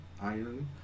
Iron